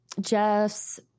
Jeff's